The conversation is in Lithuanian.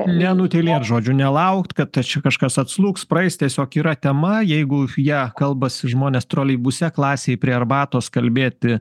nenutylėt žodžiu nelaukt kad tač kažkas atslūgs praeis tiesiog yra tema jeigu ja kalbasi žmonės troleibuse klasėj prie arbatos kalbėti